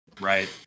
Right